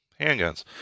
handguns